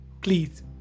Please